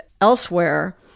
elsewhere